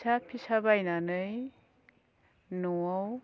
फिसा फिसा बायनानै न'आव